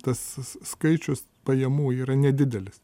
tas skaičius pajamų yra nedidelis